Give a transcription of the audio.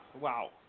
Wow